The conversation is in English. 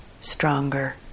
stronger